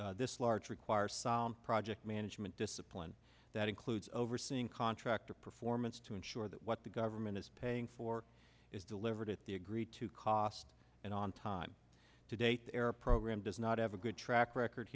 this this large requires solve project management discipline that includes overseeing contractor performance to ensure that what the government is paying for is delivered at the agreed to cost and on time today tear program does not have a good track record